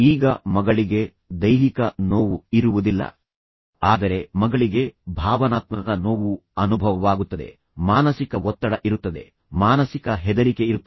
ಈಗ ಮಗಳಿಗೆ ದೈಹಿಕ ನೋವು ಇರುವುದಿಲ್ಲ ಆದರೆ ಮಗಳಿಗೆ ಭಾವನಾತ್ಮಕ ನೋವು ಅನುಭವವಾಗುತ್ತದೆ ಮಾನಸಿಕ ಒತ್ತಡ ಇರುತ್ತದೆ ಮಾನಸಿಕ ಹೆದರಿಕೆ ಇರುತ್ತದೆ